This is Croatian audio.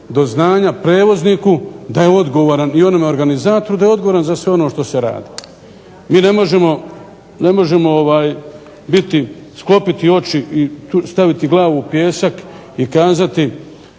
do znanja prevozniku da je odgovoran i onom organizatoru da je odgovoran za sve ono što se radi. Mi ne možemo sklopiti oči i staviti glavu u pijesak i kazati